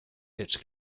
its